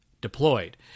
deployed